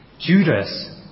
Judas